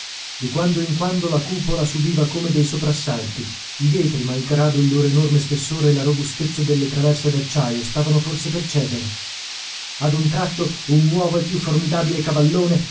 di quando in quando la cupola subiva come dei soprassalti i vetri malgrado il loro enorme spessore e la robustezza delle traverse d'acciaio stavano forse per cedere ad un tratto un nuovo e più formidabile cavallone